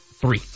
three